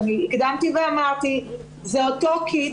אני הקדמתי ואמרתי שזה אותו קיט,